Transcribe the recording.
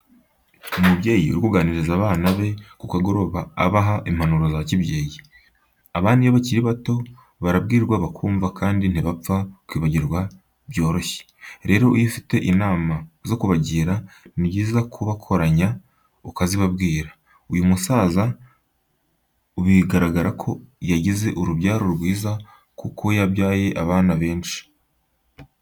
Umubyeyi ari kuganiriza abana be ku kagoroba abaha impanuro za kibyeyi. Abana iyo bakiri bato barabwirwa bakumva kandi ntibapfa kwibagirwa byoroshye, rero iyo ufite inama zo kubagira, ni byiza kubakoranya ukazibabwira. Uyu musaza bigaragara ko yagize urubyaro rwiza kuko yabyaye abana benshi.